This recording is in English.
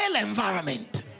environment